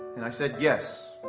and i said yes.